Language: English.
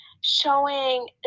showing